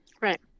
Right